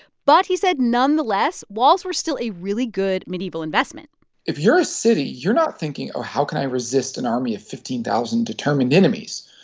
but, he said, nonetheless, walls were still a really good medieval investment if you're a city, you're not thinking, oh, how can i resist an army of fifteen thousand determined enemies?